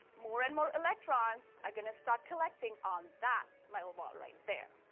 more and more electrons are gonna start collecting on that metal ball right there.